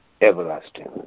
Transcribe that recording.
everlasting